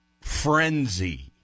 frenzy